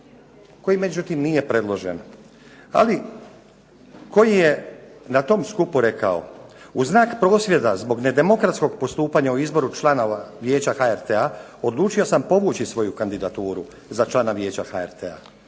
koji međutim nije predložen. Ali koji je na tom skupu rekao: "U znak prosvjeda zbog nedemokratskog postupanja o izboru članova Vijeća HRT-a odlučio sam povući svoju kandidaturu za člana Vijeća HRT-a.